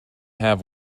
have